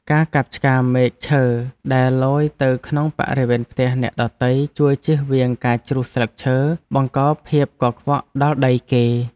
ការកាប់ឆ្ការមែកឈើដែលលយទៅក្នុងបរិវេណផ្ទះអ្នកដទៃជួយជៀសវាងការជ្រុះស្លឹកឈើបង្កភាពកខ្វក់ដល់ដីគេ។